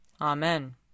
Amen